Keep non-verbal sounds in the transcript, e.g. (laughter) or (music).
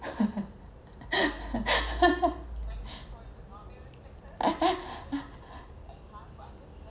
(laughs)